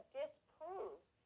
disproves